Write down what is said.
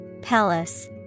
Palace